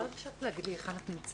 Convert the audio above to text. את יכולה רק להגיד היכן את נמצאת?